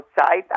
outside